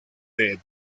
del